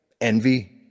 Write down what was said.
envy